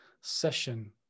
session